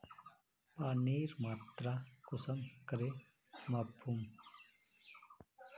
पानीर मात्रा कुंसम करे मापुम?